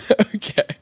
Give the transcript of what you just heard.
Okay